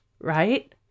right